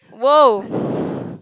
!wow!